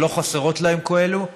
ולא חסרות להם כאלה,